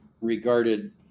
regarded